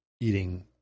eating